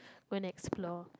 go and explore